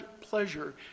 pleasure